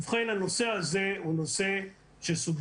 ובכן, הנושא הזה הוא נושא שסודר.